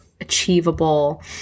achievable